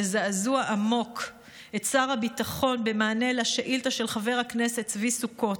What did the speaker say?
בזעזוע עמוק את שר הביטחון במענה על שאילתה של חבר הכנסת צבי סוכות.